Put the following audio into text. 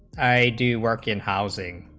i do work in housing